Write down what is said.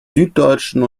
süddeutschen